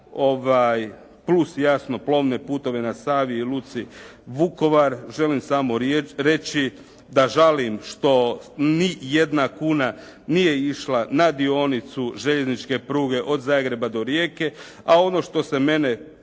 plus jasno plovne putove na Savi i luci Vukovar. Želim samo reći da žalim što ni jedna kuna nije išla na dionicu željezničke pruge od Zagreba do Rijeke, a ono što se mene